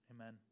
Amen